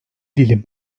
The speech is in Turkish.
dilim